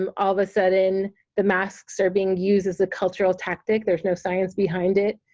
um all of a sudden the masks are being used as a cultural tactic, there's no science behind it,